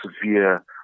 severe